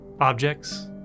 objects